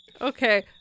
okay